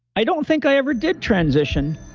i don't think i ever did transition.